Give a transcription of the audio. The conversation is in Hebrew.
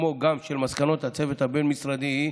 כמו גם של מסקנות הצוות הבין-משרדי,